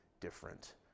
different